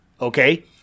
okay